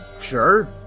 Sure